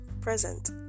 present